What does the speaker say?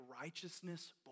righteousness